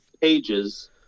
pages